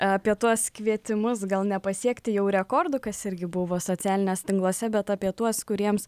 apie tuos kvietimus gal nepasiekti jau rekordų kas irgi buvo socialiniuos tinkluose bet apie tuos kuriems